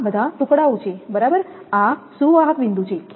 આ બધા ટુકડાઓ છે બરાબર આ સુવાહક બિંદુ છે